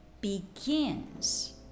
begins